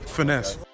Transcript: Finesse